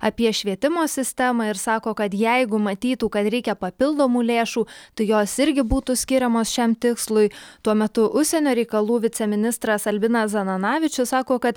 apie švietimo sistemą ir sako kad jeigu matytų kad reikia papildomų lėšų tai jos irgi būtų skiriamos šiam tikslui tuo metu užsienio reikalų viceministras albinas zananavičius sako kad